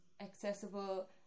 accessible